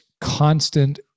constant